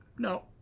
No